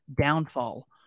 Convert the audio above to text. Downfall